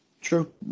true